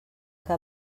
que